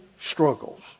struggles